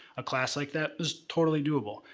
a class like that is totally doable,